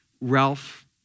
Ralph